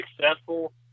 successful